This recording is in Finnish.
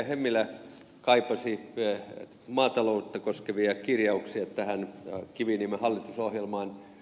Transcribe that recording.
hemmilä kaipasi maataloutta koskevia kirjauksia tähän kiviniemen hallitusohjelmaan